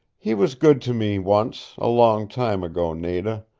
he was good to me once, a long time ago, nada.